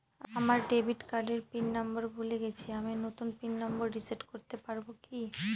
আমার ডেবিট কার্ডের PIN number ভুলে গেছি আমি নূতন পিন নম্বর রিসেট করতে পারবো কি?